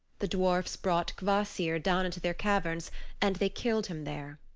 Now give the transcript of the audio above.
the dwarfs brought kvasir down into their caverns and they killed him there.